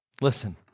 Listen